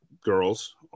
girls